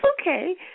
okay